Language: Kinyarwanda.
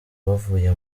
bavuye